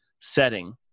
setting